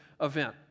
event